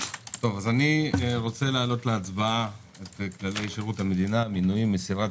אני רוצה להעלות להצבעה את כללי שירות המדינה (מינויים)(מסירת